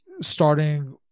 starting